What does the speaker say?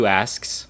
asks